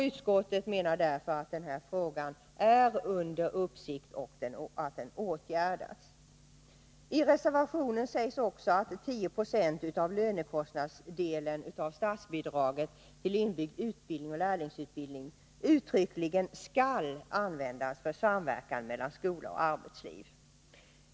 Utskottet menar därför att denna fråga är under uppsikt och att den åtgärdats. I reservationen sägs också uttryckligen att 10 20 av lönekostnadsdelen av statsbidraget till inbyggd utbildning och lärlingsutbildning skall användas för samverkan mellan skola och arbetsliv.